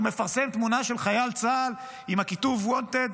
שהוא מפרסם תמונה של חייל צה"ל עם הכיתוב wanted,